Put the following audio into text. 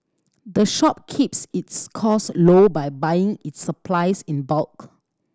the shop keeps its cost low by buying its supplies in bulk